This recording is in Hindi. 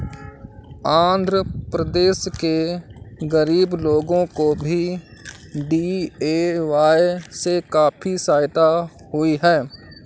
आंध्र प्रदेश के गरीब लोगों को भी डी.ए.वाय से काफी सहायता हुई है